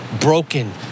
broken